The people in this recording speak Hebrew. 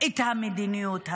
את המדיניות הזו,